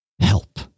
Help